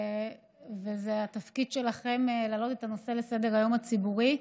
וזה התפקיד שלכם להעלות את הנושא על סדר-היום הציבורי,